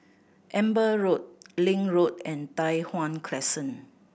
Amber Road Link Road and Tai Hwan Crescent